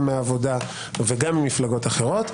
גם מהעבודה וגם ממפלגות אחרות,